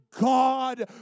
God